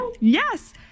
Yes